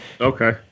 Okay